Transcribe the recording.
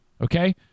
okay